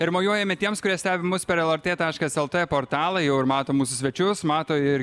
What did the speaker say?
ir mojuojame tiems kurie stebi mus per lrt taškas lt portalą jau ir mato mūsų svečius mato ir